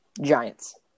Giants